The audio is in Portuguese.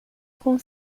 com